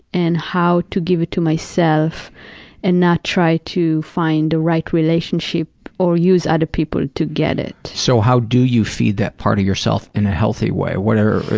and how to give it to myself and not try to find the right relationship or use other people to get it. so, how do you feed that part of yourself in a healthy way? what are,